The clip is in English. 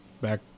back